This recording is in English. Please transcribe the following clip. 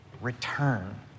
Return